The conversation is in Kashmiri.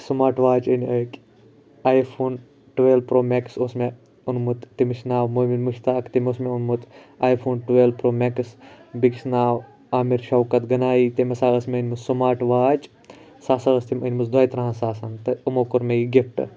سماٹ واچ أنۍ أکۍ iPhone twelve Pro Max اوس مےٚ اوٚنمُت تٔمِس چھُ ناو مُومن مُشتاق تٔمۍ اوس مےٚ اوٚمُت iPhone twelve Pro Max بیٚکِس چھُ ناو آمِر شوکَت گَنایی تٔمۍ ہَسا ٲسۍ مےٚ أنمٕژ سماٹ واچ سۄ ہَسا ٲسۍ تٔمۍ أنمٕژ دۄیِہ ترٕٛہن ساسَن تہٕ یِمو کوٚر مےٚ یہِ گِفٹہٕ